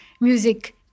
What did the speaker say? music